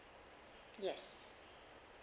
yes